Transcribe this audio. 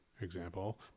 example